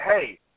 hey